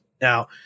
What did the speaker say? Now